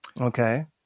okay